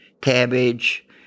cabbage